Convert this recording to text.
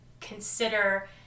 consider